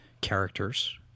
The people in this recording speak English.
characters